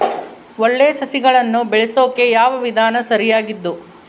ಒಳ್ಳೆ ಸಸಿಗಳನ್ನು ಬೆಳೆಸೊಕೆ ಯಾವ ವಿಧಾನ ಸರಿಯಾಗಿದ್ದು?